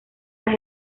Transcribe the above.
las